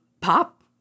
pop